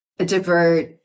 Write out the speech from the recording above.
Divert